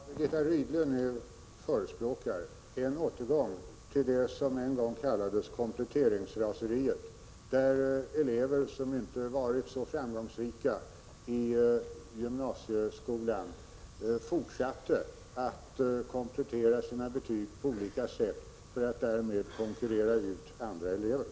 Herr talman! Vad Birgitta Rydle nu förespråkar är en återgång till det som en gång kallades kompletteringsraseriet, där elever som inte varit så framgångsrika i gymnasieskolan fortsatte att komplettera sina betyg på olika sätt för att därmed konkurrera ut andra elever.